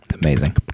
Amazing